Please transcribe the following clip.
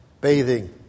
bathing